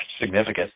significant